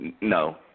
no